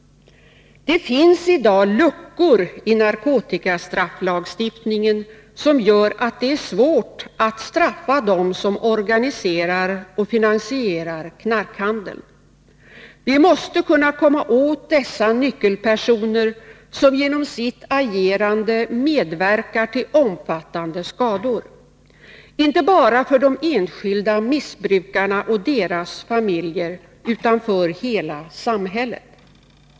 Det finns i dag luckor i narkotikastrafflagstiftningen, som gör att det är svårt att straffa dem som organiserar och finansierar knarkhandeln. Vi måste kunna komma åt dessa nyckelpersoner, som genom sitt agerande medverkar till omfattande skador, inte bara för de enskilda missbrukarna och deras familjer utan för hela samhället.